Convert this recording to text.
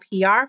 PR